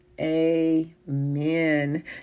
amen